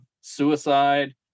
suicide